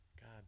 God